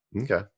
Okay